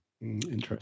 Interesting